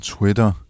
Twitter